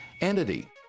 entity